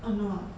oh no ah